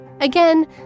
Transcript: Again